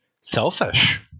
selfish